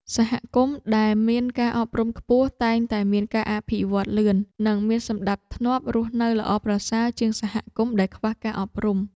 សហគមន៍ដែលមានការអប់រំខ្ពស់តែងតែមានការអភិវឌ្ឍលឿន និងមានសណ្តាប់ធ្នាប់រស់នៅល្អប្រសើរជាងសហគមន៍ដែលខ្វះការអប់រំ។